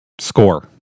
Score